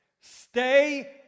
Stay